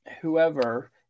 whoever